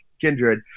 Kindred